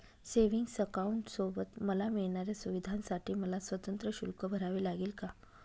Savings अकाउंटसोबत मला मिळणाऱ्या सुविधांसाठी मला स्वतंत्र शुल्क भरावे लागेल का?